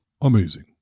amazing